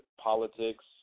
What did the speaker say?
politics